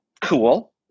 cool